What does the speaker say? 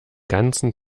ganzen